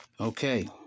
Okay